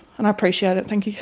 and i appreciate it, thank you.